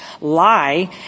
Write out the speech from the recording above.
lie